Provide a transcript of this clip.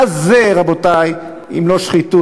מה זה, רבותי, אם לא שחיתות?